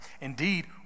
Indeed